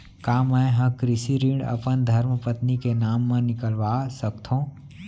का मैं ह कृषि ऋण अपन धर्मपत्नी के नाम मा निकलवा सकथो?